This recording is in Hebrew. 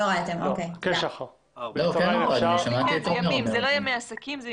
אלה לא ימי עסקים.